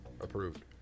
approved